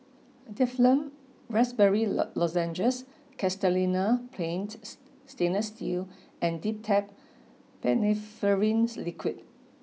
Difflam Raspberry Lozenges Castellani's Paint Stainless and Dimetapp Phenylephrine Liquid